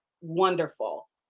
wonderful